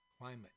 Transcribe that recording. climate